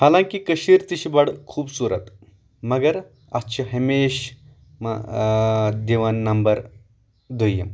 حالنٛکہِ کٔشیٖر تہِ چھےٚ بَڑٕ خوٗبصوٗرت مگر اَتھ چھِ ہمیٖشہٕ دِوان نمبر دۄیم